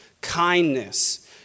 kindness